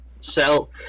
sell